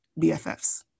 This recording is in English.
BFFs